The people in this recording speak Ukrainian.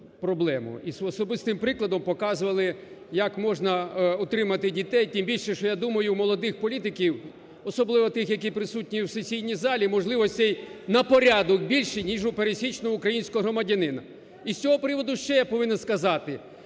І особистим прикладом показували, як можна отримати дітей. Тим більше, що я думаю, молодих політиків, особливо тих, які присутні в сесійній залі, можливостей на порядок більше, ніж у пересічного українського громадянина. І з цього приводу ще я повинен сказати,